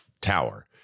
tower